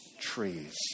trees